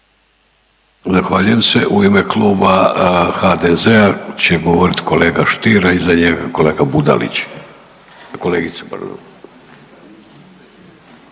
Zahvaljujem se. U ime kluba HDZ-a će govoriti kolega Stier, a iza njega kolega Budalić. **Stier, Davor